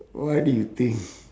what do you think